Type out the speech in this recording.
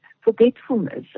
forgetfulness